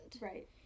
Right